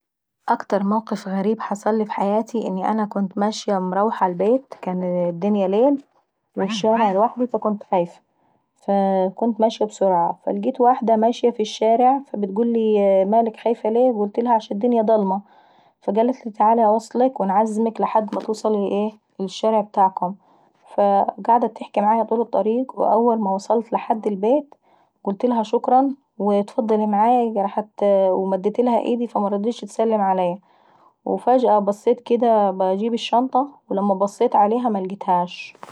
اكتر موقف غريب حصلي في حياتي ان انا كنت ماشية مروحة البيت والدنيا ليل <صوت هزاز تليفون>والساعة واحدة فكنت خايفي. وماشية بسرعة. فلقيت واحدة ماشية في الشارع بتقولي مالك خايفة ليه، فقلتلها عشان الدنيا ضلمة. فقالتلي تعال انوصلك او انعزمك لحدما توصلي اهي للشارع ابتاعكم. وفضت تحكي معاية طول الطريق فاول ما وصلت لحد البيت قلتلها شكرا واتفضلي معاية ومدتلها ايدي فمرضيتش تسلم عليي، وفجأة بصيت اكده باجيب الشنطة ولما بصيت عليها ملقيتها.